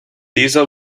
diesel